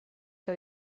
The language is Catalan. que